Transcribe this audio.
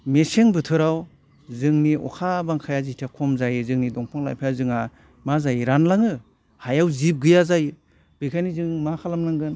मेसें बोथोराव जोंनि अखा बांखाया जिथिया खम जायो जोंनि दंफां लाइफाङा जोंहा मा जायो रानलाङो हायाव जिब गैया जायो बेखायनो जों मा खालामनांगोन